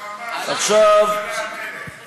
הוא אמר שראש הממשלה מלך.